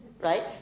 right